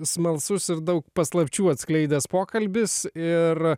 smalsus ir daug paslapčių atskleidęs pokalbis ir